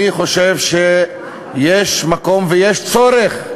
אני חושב שיש מקום ויש צורך,